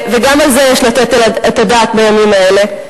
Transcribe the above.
וגם על זה יש לתת את הדעת בימים האלה.